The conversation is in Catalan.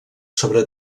sobre